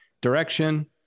direction